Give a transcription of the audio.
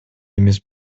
эмес